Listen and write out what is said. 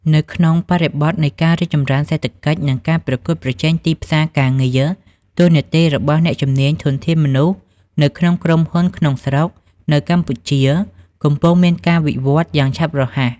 នៅក្នុងបរិបទនៃការរីកចម្រើនសេដ្ឋកិច្ច និងការប្រកួតប្រជែងទីផ្សារការងារ តួនាទីរបស់អ្នកជំនាញ ធនធានមនុស្ស នៅក្នុងក្រុមហ៊ុនក្នុងស្រុកនៅកម្ពុជាកំពុងមានការវិវឌ្ឍយ៉ាងឆាប់រហ័ស។